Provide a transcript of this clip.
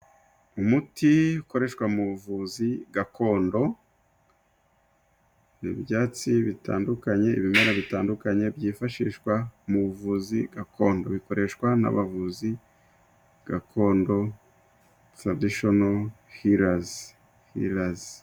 Umuti ukoreshwa mu buvuzi gakondo mu byatsi bitandukanye, ibimera bitandukanye byifashishwa mu buvuzi gakondo, bikoreshwa n'abavuzi gakondo taradishonoro hirazi.